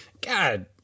God